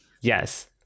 yes